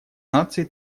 наций